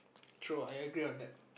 true I agree on that